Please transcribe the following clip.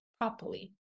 properly